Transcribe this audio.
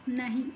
नहीं